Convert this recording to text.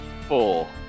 Four